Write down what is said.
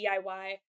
DIY